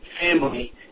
family